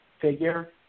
figure